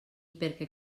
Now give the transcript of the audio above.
perquè